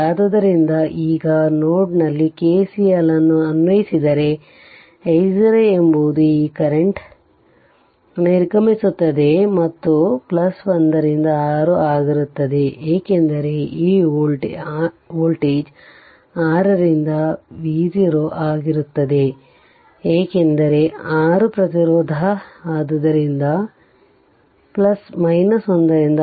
ಆದ್ದರಿಂದ ಈಗ ನೋಡ್ನಲ್ಲಿ ಕೆಸಿಎಲ್ ಅನ್ನು ಅನ್ವಯಿಸಿದರೆ i0 ಎಂಬುದು ಈ ಕರೆಂಟ್ ನಿರ್ಗಮಿಸುತ್ತದೆ ಮತ್ತು 1 ರಿಂದ 6 ಆಗಿರುತ್ತದೆ ಏಕೆಂದರೆ ಈ ವೋಲ್ಟೇಜ್ 6 ರಿಂದ V0 ಆಗಿರುತ್ತದೆ ಏಕೆಂದರೆ 6 ಪ್ರತಿರೋಧ ಆದ್ದರಿಂದ 1 ರಿಂದ 6